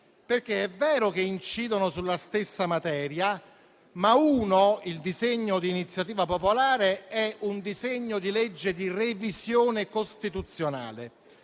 Perché è vero che incidono sulla stessa materia, ma uno, quello di iniziativa popolare, è un disegno di legge di revisione costituzionale,